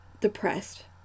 depressed